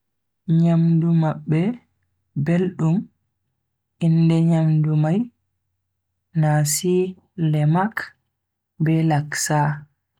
Nyamdu mabbe beldum, inde nyamdu mai nasi lemak be laksa.